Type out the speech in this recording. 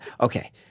Okay